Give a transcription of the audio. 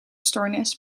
stoornis